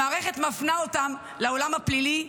המערכת מפנה אותם לעולם הפלילי,